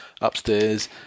upstairs